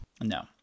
No